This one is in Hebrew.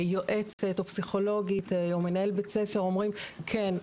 יועצת או פסיכולוגית או מנהל בית ספר אומרים כן,